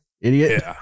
idiot